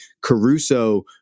Caruso